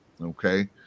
okay